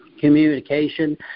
communication